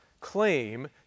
claim